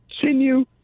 continue